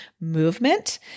movement